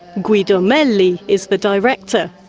guido meli is the director.